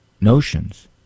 notions